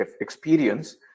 experience